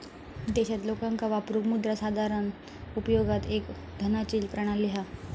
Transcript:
देशात लोकांका वापरूक मुद्रा साधारण उपयोगात एक धनाची प्रणाली हा